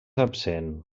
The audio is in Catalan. absent